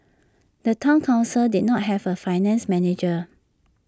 the Town Council did not have A finance manager